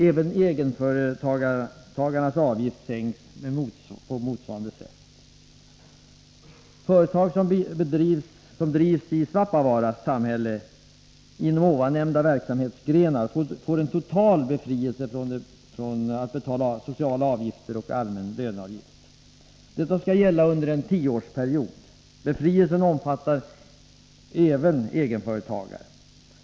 Även egenföretagares avgifter sänks på motsvarande sätt. Företag som drivs i Svappavaara samhälle inom ovannämnda verksamhetsgrenar får total befrielse från att betala sociala avgifter och allmän löneavgift. Detta skall gälla under en tioårsperiod. Befrielsen omfattar även egenföretagare.